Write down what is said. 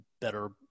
better